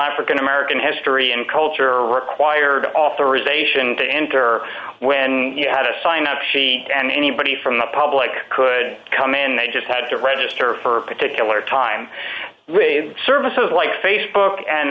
african american history and culture required authorization to enter when you had a sign up sheet and anybody from the public could come in they just had to register for a particular time services like facebook and